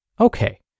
okay